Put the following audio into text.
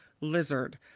lizard